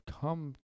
come